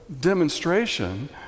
demonstration